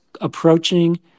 approaching